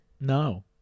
No